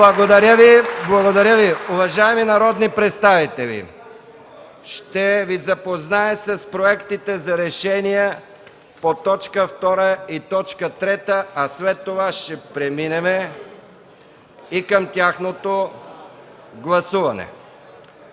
ръкопляскания.) Уважаеми народни представители, ще Ви запозная с проектите за решения по точки 2 и 3, а след това ще преминем и към тяхното гласуване.